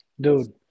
Dude